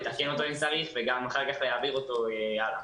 לתקן אותו אם צריך ואחר כך גם להעביר אותו הלאה.